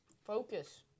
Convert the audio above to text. Focus